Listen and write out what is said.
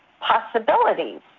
possibilities